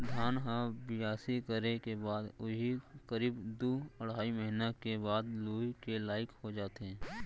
धान ह बियासी करे के बाद उही करीब दू अढ़ाई महिना के बाद लुए के लाइक हो जाथे